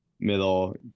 middle